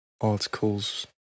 articles